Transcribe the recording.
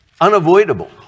unavoidable